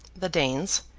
the danes,